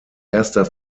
erster